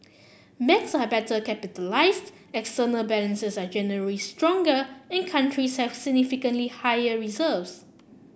banks are better capitalised external balances are generally stronger and countries have significantly higher reserves